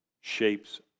shapes